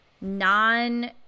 non